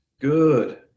Good